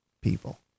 people